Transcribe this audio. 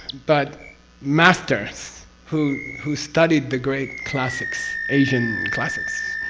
but masters who who studied the great classics asian classes,